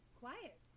quiet